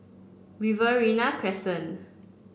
Riverina Crescent